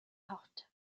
hot